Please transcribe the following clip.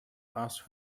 asked